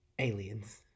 aliens